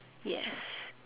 yes